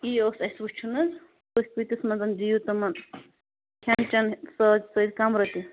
یی اوس اَسہِ وُچھُن حظ تُہۍ کۭتِس منٛز دِیِو تِمَن کھٮ۪ن چٮ۪ن سۭتۍ سۭتۍ کَمرٕ تہِ